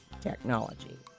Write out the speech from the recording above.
technology